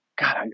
God